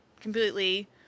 completely